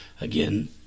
again